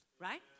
right